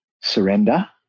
surrender